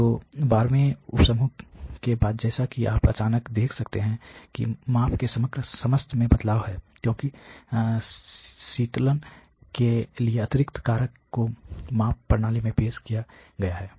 तो 12 वें उप समूह के बाद जैसा कि आप अचानक देख सकते हैं कि माप के समग्र स्तर में बदलाव है क्योंकि शीतलन के इस अतिरिक्त कारक को माप प्रणाली में पेश किया गया है